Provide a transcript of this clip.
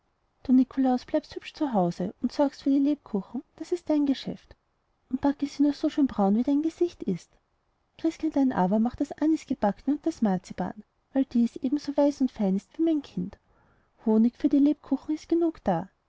du nikolaus bleibst hübsch zu hause und sorgst für die lebkuchen das ist dein geschäft und backe sie nur so schön braun wie dein gesicht ist christkindlein aber macht das anisgebackne und das marzipan weil dies ebenso weiß und fein ist wie mein kind honig für die lebkuchen ist genug da